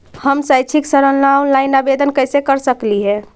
हम शैक्षिक ऋण ला ऑनलाइन आवेदन कैसे कर सकली हे?